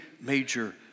major